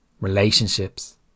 Relationships